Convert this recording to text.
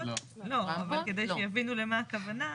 לא, אבל כדי שיבינו למה הכוונה.